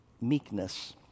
meekness